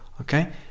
okay